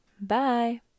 Bye